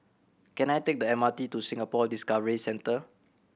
can I take the M R T to Singapore Discovery Centre